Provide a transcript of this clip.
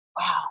wow